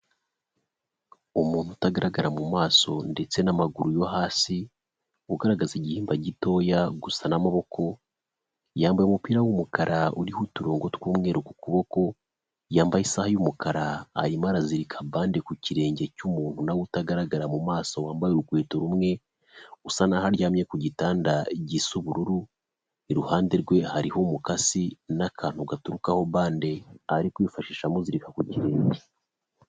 Umuntu utagaragara mu maso ndetse n'amaguru yo hasi ugaragaza igihimba gitoya gusa n'amaboko yambaye umupira w'umukara uriho uturongo tw’umweru ku kuboko yambaye isaha y'umukara hanyuma arazirika bande ku kirenge cy'umuntu nawe we utagaragara mu maso wambaye urukweto rumwe usa naho aryamye ku gitanda gisa ubururu iruhande rwe hariho umukasi n'akantu gaturukaho bande ari kwifashisha amuzirika ku kirenge.